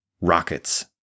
rockets